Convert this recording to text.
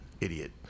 idiot